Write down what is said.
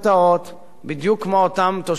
בדיוק כמו אותם תושבים בבית-אל.